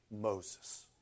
Moses